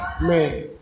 Man